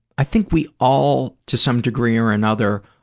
i think we all, to some degree or another,